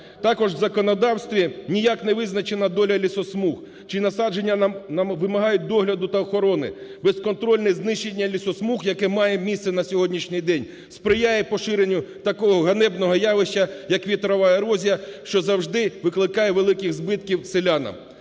Також в законодавстві ніяк не визначена доля лісосмуг, чиї насадження вимагають догляду та охорони. Безконтрольне знищення лісосмуг, яке має місце на сьогоднішній день, сприяє поширенню такого ганебного явища як вітрова ерозія, що завжди викликає великих збитків селянам.